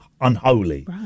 unholy